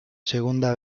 segunda